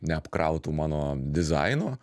neapkrautų mano dizaino